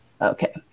Okay